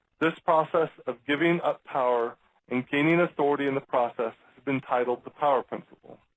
this process of giving up power and gaining authority in the process has been titled the power principle.